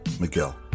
Miguel